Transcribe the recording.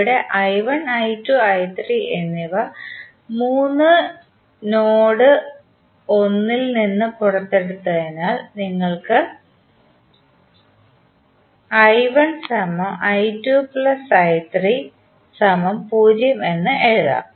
ഇവിടെ എന്നിവ മൂന്നും നോഡ് 1 ൽ നിന്ന് പുറത്തെടുത്തതിനാൽ നിങ്ങൾക്ക് എന്ന് എഴുതാം